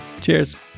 cheers